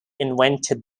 invented